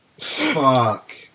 Fuck